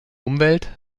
umwelt